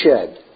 shed